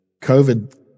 COVID